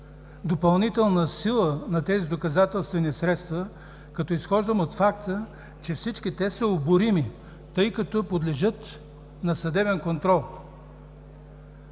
допълнителна сила на тези доказателствени средства, като изхождам от факта, че всички те са оборими, тъй като подлежат на съдебен контрол.